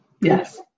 Yes